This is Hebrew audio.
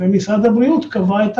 ומשרד הבריאות קבע את